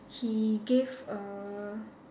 he gave a